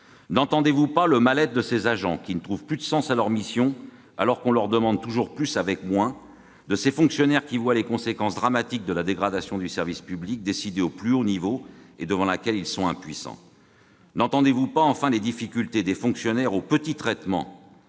Ne voyez-vous pas le mal-être de ces agents qui ne trouvent plus de sens à leur mission, alors qu'on leur demande de faire toujours plus avec moins, de ces fonctionnaires qui voient les conséquences dramatiques de la dégradation du service public décidée au plus haut niveau et devant laquelle ils sont impuissants ? Ne voyez-vous pas, enfin, les difficultés de ces fonctionnaires qui touchent